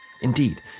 Indeed